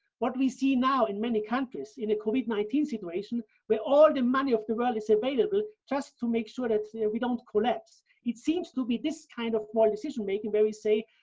what we see now in many countries in a covid nineteen situation, where all the money of the world is available just to make sure that we don't collapse, it seems to be this kind of moral decision making where we say,